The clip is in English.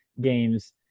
games